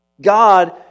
God